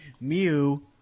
Mew